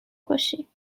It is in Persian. باشیم